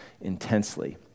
intensely